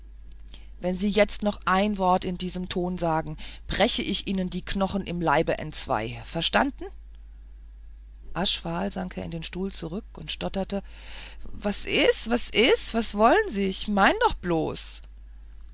wenn sie jetzt noch ein wort in diesem ton sagen breche ich ihnen die knochen im leibe entzwei verstanden aschfahl sank er in den stuhl zurück und stotterte was is was is was wollen sie ich mein doch bloß